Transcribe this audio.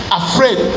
afraid